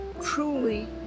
truly